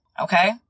Okay